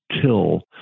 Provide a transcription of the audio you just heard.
kill